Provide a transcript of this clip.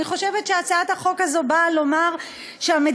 אני חושבת שהצעת החוק הזו באה לומר שהמדינה